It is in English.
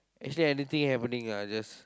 actually anything happening lah I just